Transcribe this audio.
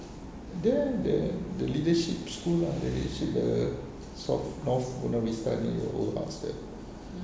there the leadership's school lah the leadership err south north buona vista near the old arts there